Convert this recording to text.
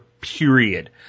period